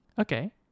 Okay